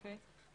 בסדר.